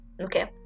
okay